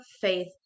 faith